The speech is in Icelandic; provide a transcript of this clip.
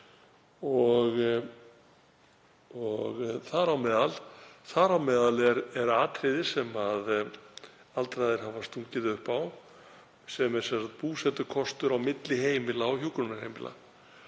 Þar á meðal er atriði sem aldraðir hafa stungið upp á, sem er búsetukostur á milli heimila og hjúkrunarheimila.